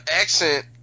accent